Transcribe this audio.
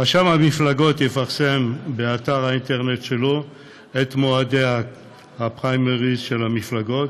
רשם המפלגות יפרסם באתר האינטרנט שלו את מועדי הפריימריז של המפלגות,